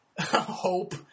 hope